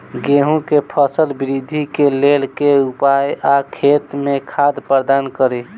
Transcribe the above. गेंहूँ केँ फसल वृद्धि केँ लेल केँ उपाय आ खेत मे खाद प्रदान कड़ी?